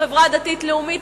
בחברה הדתית-לאומית,